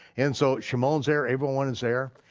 and so shimon's there, everyone is there.